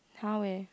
how eh